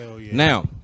Now